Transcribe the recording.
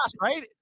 right